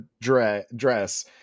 dress